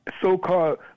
so-called